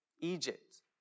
Egypt